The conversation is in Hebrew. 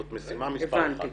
זאת משימה מספר אחת.